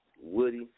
Woody